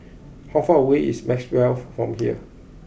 how far away is Maxwell from here